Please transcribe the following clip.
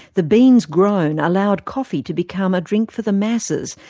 the beans grown allowed coffee to become a drink for the masses,